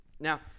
Now